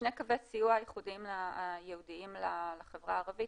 שני קווי הסיוע הייעודיים לחברה הערבית,